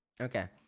okay